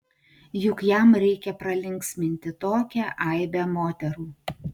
juk jam reikia pralinksminti tokią aibę moterų